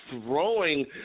throwing